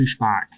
pushback